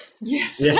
yes